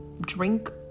drink